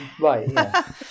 right